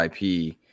IP